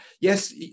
yes